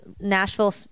Nashville